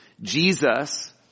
Jesus